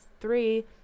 Three